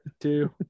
two